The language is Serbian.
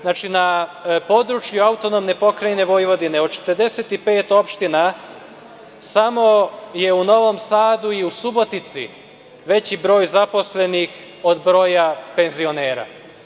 Znači, na području AP Vojvodine, od 45 opština, samo je u Novom Sadu i Subotici veći broj zaposlenih od broja penzionera.